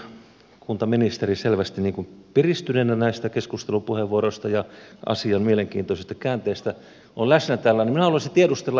ihan tähän loppuun kun kuntaministeri selvästi piristyneenä näistä keskustelupuheenvuoroista ja asian mielenkiintoisesta käänteestä on läsnä täällä minä haluaisin tiedustella